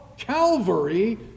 Calvary